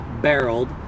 barreled